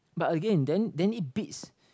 but again then then it bids